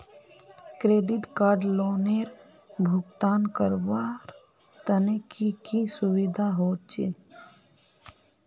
Credit card लोनेर भुगतान करवार तने की की सुविधा होचे??